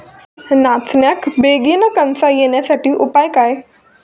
नाचण्याक बेगीन कणसा येण्यासाठी उपाय काय?